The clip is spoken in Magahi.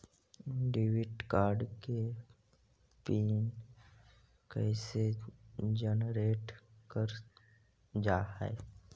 डेबिट कार्ड के पिन कैसे जनरेट करल जाहै?